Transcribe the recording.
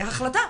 החלטה,